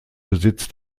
besitz